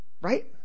Right